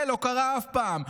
זה לא קרה אף פעם.